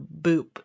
boop